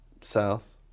south